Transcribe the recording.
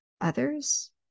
others